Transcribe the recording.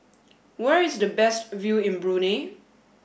where is the best view in Brunei